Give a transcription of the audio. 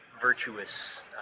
virtuous